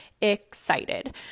excited